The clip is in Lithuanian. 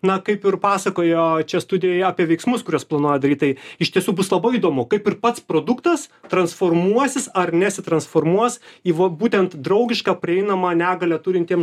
na kaip ir pasakojo čia studijoje apie veiksmus kuriuos planuoja daryt tai iš tiesų bus labai įdomu kaip ir pats produktas transformuosis ar nesitransformuos į va būtent draugišką prieinamą negalią turintiem